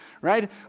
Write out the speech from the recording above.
right